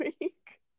week